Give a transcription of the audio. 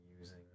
using